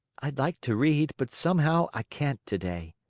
i'd like to read, but somehow i can't today.